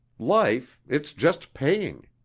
life, it's just paying.